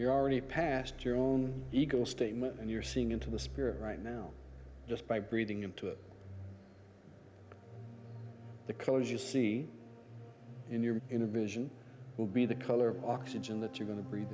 you're already past your own ego statement and you're seeing into the spirit right now just by breathing into it the colors you see in your in a vision will be the color of oxygen that you're going to breathe